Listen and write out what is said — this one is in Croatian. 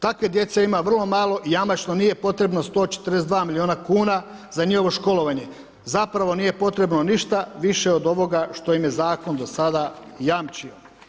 Takve djece ima vrlo malo i jamačno nije potrebno 142 milijuna kuna za njihovo školovanje, zapravo nije potrebno ništa više od ovoga što im je zakon do sada jamčio.